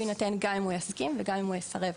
יינתן גם אם הוא יסכים וגם אם הוא יסרב.